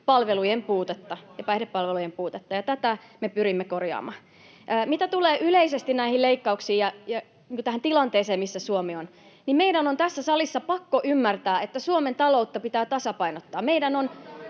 Virta: Aikuiset voivat huonosti!] ja tätä me pyrimme korjaamaan. Mitä tulee yleisesti näihin leikkauksiin ja tähän tilanteeseen, missä Suomi on, meidän on tässä salissa pakko ymmärtää, että Suomen taloutta pitää tasapainottaa.